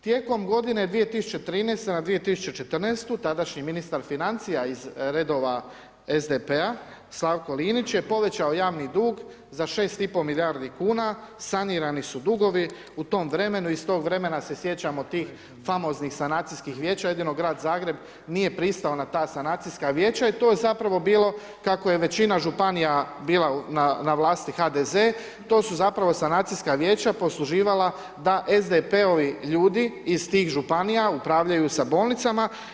Tijekom godine 2013. na 2014. tadašnji ministar financija iz redova SDP-a Slavko Linić je povećao javni dug za 6,5 milijardi kn, sanirani su dugovi u tom vremenu, iz tog vremena se sjećamo tih famoznih sanacijskih vijeća jedino Grad Zagreb nije pristao na ta sanacijska vijeća i to je zapravo bilo, kako je većina županija bila na vlasti HDZ to su zapravo sanacijska vijeća posluživala da SDP-ovi ljudi, iz tih županija, upravljaju sa bolnicama.